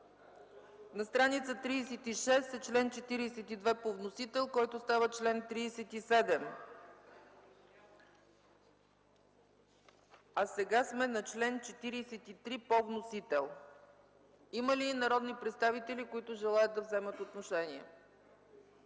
на страница 36, чл. 42 по вносител, който става чл. 37. Сега сме на чл. 43 по вносител. Има ли народни представители, които желаят да вземат отношение?